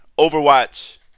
Overwatch